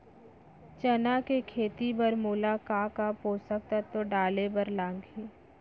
चना के खेती बर मोला का का पोसक तत्व डाले बर लागही?